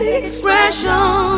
expression